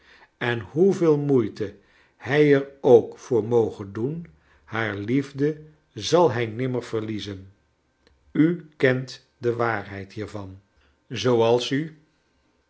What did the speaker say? en hoeveel moeite hij er ook voor moge doen haar liefde zal hij nimmer verliezen u kent de waarheid hiervan zooals u